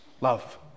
love